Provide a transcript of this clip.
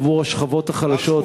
עבור השכבות החלשות,